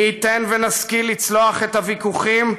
מי ייתן ונשכיל לצלוח את הוויכוחים,